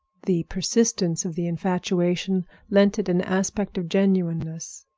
the persistence of the infatuation lent it an aspect of genuineness.